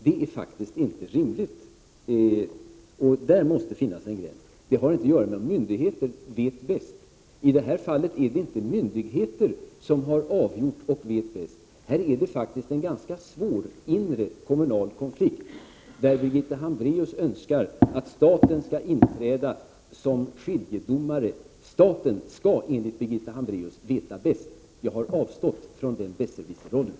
Detta är faktiskt inte rimligt. På den punkten måste det finnas en gräns. Det har inte att göra med att myndigheter vet bäst. I det här fallet är det inte myndigheter som har avgjort frågan och som vet bäst. Det här är faktiskt en ganska svår inre kommunal konflikt, där Birgitta Hambraeus önskar att staten skall inträda som skiljedomare. Staten skall enligt Birgitta Hambraeus veta bäst. Jag har avstått från den Besserwisser-rollen.